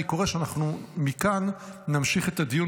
אני קורא שאנחנו מכאן נמשיך את הדיון